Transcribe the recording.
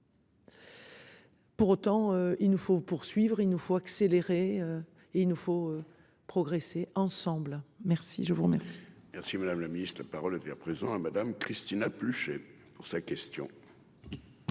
Pour autant, il nous faut poursuivre, il nous faut accélérer et il nous faut progresser ensemble, merci, je vous remercie. Merci, madame la Ministre, la parole est à présent à Madame, Cristina Pucher pour sa question.